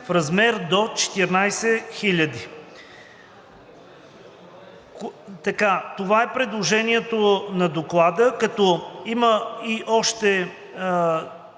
в размер до 14 000,0“. Това е предложението на Доклада, като има и още